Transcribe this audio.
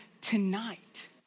tonight